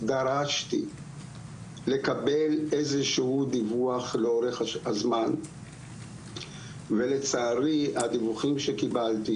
דרשתי לקבל איזשהו דיווח לאורך הזמן ולצערי הדיווחים שקיבלתי